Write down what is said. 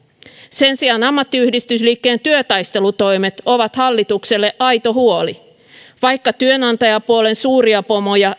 sen sijaan ammattiyhdistysliikkeen työtaistelutoimet ovat hallitukselle aito huoli vaikka työnantajapuolen suuria pomoja